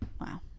wow